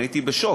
אני הייתי בשוק.